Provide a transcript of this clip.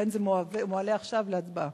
לכן זה מועלה עכשיו להצבעה.